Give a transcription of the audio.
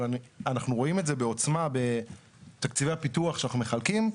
אבל אנחנו רואים את זה בעוצמה בתקציבי הפיתוח שאנחנו מחלקים,